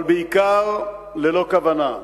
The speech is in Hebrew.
אבל בעיקר ללא כוונה.